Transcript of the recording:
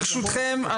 ברשותכם,